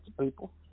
people